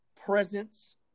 presence